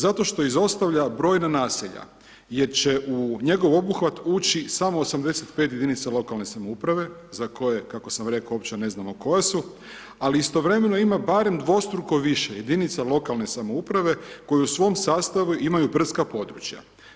Zato što izostavlja brojna naselja jer će u njegov obuhvat ući samo 85 jedinica lokalne samouprave za koje kako sam rekao uopće ne znamo koje su ali istovremeno ima barem dvostruko više jedinica lokalne samouprave koji u svom sastavu imaju brdska područja.